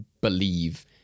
believe